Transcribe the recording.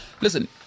Listen